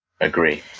Agree